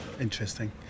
interesting